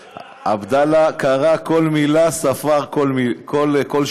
עבדאללה קרא כל מילה, ספר כל שורה.